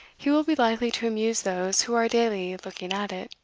he will be likely to amuse those who are daily looking at it.